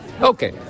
Okay